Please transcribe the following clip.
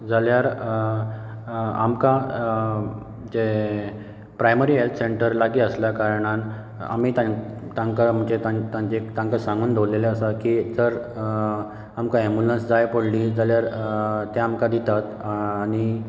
जाल्यार आमकां जें प्रायमरी हॅल्थ सॅंटर लागी आसल्या कारणान आमी तांकां म्हणचे तांकां सांगून दवरिल्लें आसा की जर आमकां एम्बुलंस जाय पडली जाल्यार ते आमकां दितात आनी